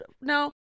No